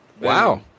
Wow